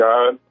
God